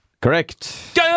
Correct